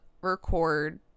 record